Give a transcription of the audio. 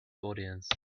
audience